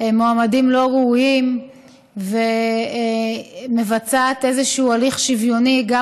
מועמדים לא ראויים ומבצעת איזה הליך שוויוני גם